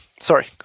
Sorry